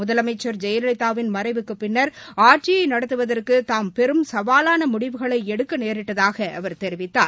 முதலனமச்சா் ஜெயலலிதா வின் மறைவுக்கு பின்னா் ஆட்சியை நடத்துவதற்கு தாம் பெரும் சவாலான முடிவுகளை எடுக்க நேரிட்டதாக அவர் தெரிவித்தார்